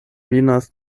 venas